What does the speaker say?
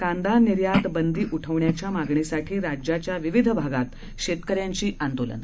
कांदा निर्यात बंदी उठवण्याच्या मागणीसाठी राज्याच्या विविध भागात शेतक यांची आंदोलनं